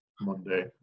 Monday